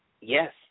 Yes